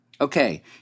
Okay